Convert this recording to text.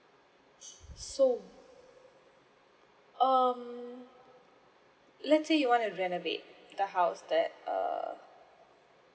so um let's say you want to renovate the house that err